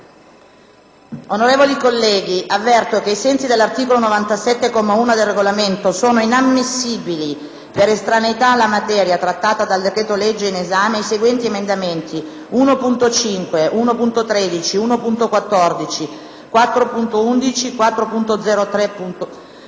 Onorevoli colleghi, avverto che, ai sensi dell'articolo 97, comma 1, del Regolamento, sono inammissibili, per estraneità alla materia trattata dal decreto-legge in esame, i seguenti emendamenti: 1.5, 1.13, 1.14, 4.11, 4.0.3,